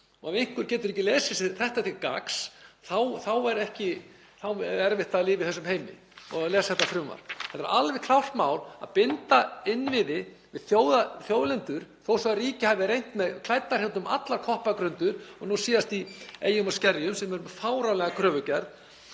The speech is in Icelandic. Ef einhver getur ekki lesið þetta sér til gagns þá er erfitt að lifa í þessum heimi og að lesa þetta frumvarp. Það er alveg klárt mál að binda innviði við þjóðlendur, þó svo að ríkið hafi reynt með klærnar hérna út um allar koppagrundir, og nú síðast í eyjum og skerjum, sem er fáránleg kröfugerð